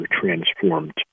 transformed